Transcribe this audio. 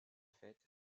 faites